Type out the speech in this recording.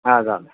हजुर हजुर